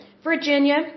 Virginia